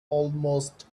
almost